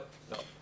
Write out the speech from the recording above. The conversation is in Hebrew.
לא.